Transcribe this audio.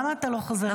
למה אתה לא חוזר לפה?